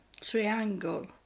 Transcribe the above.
triangle